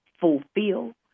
fulfill